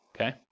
Okay